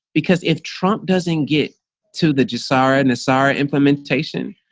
because if trump doesn't get to the jsr, and nesara implementation,